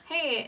Hey